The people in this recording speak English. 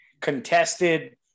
Contested